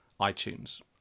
iTunes